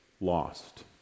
lost